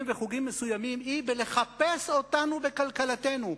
בחוגים מסוימים היא בלחפש אותנו בקלקלתנו.